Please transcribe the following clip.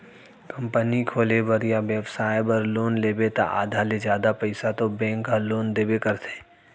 company खोले बर या बेपसाय बर लोन लेबे त आधा ले जादा पइसा तो बेंक ह लोन देबे करथे